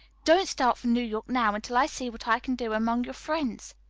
don't start for new york now until i see what i can do among your friends.